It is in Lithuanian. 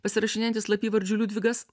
pasirašinėjantis slapyvardžiu liudvigas